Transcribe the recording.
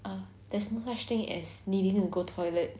err there's no such thing as needing to go toilet